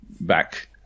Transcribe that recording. back